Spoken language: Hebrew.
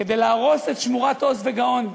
כדי להרוס את שמורת עוז וגאו"ן,